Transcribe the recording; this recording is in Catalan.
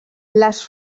les